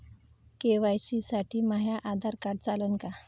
KYC साठी माह्य Aadhaar card चालन का?